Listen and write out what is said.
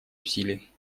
усилий